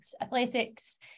athletics